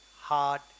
hard